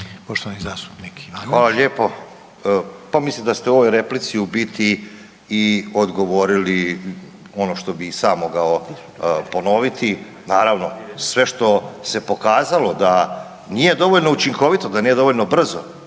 Goran (HDZ)** Hvala lijepo. Pa mislim da ste u ovoj replici u biti i odgovorili i ono što bi i sam mogao ponoviti. Naravno, sve što se pokazalo da nije dovoljno učinkovito, da nije dovoljno brzo,